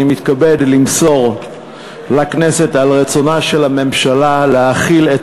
אני מתכבד למסור לכנסת על רצונה של הממשלה להחיל את